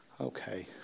Okay